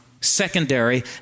secondary